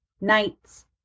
night's